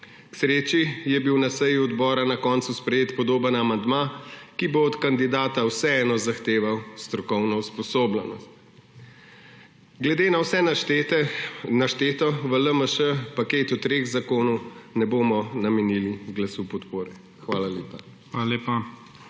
sreči je bil na seji odbora na koncu sprejet podoben amandma, ki bo od kandidata vseeno zahteval strokovno usposobljenost. Glede na vse našteto v LMŠ paketu treh zakonov ne bomo namenili glasu podpore. Hvala lepa.